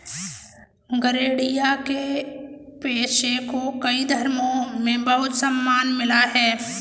गरेड़िया के पेशे को कई धर्मों में बहुत सम्मान मिला है